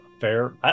fair